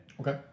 Okay